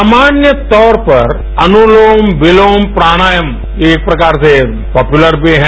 सामान्य तौर पर अनुलोम विलोम प्राणायाम एक प्रकार से पापुलर भी है